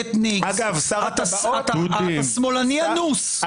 אתניקס אתה שמאלני אנוס,